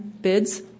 bids